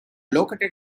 located